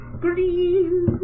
Green